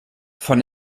von